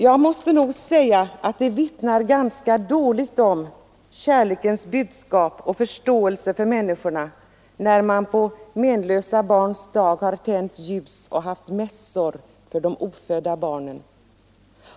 Jag måste säga att det vittnar ganska dåligt om kärlekens budskap och förståelse för människorna, när man på Menlösa barns dag tänder ljus och har mässor för de ofödda barnen.